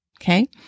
Okay